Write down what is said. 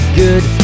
good